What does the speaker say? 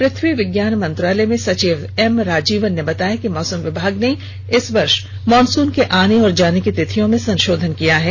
पृथ्वी विज्ञान मंत्रालय में सचिव एम राजीवन ने बताया कि मौसम विभाग ने इस वर्ष मॉनसून के आने और जाने की तिथियों में संशोधन किया है